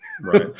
Right